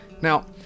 Now